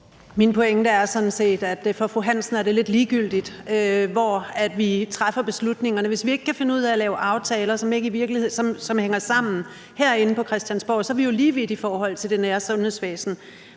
Min pointe er sådan set, at for fru Hansen er det lidt ligegyldigt, hvor vi træffer beslutningerne. Hvis ikke vi kan finde ud at lave aftaler, som hænger sammen, herinde på Christiansborg, er vi jo lige vidt i forhold til det nære sundhedsvæsen.